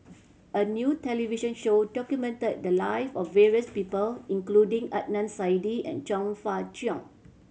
a new television show documented the lives of various people including Adnan Saidi and Chong Fah Cheong